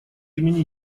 имени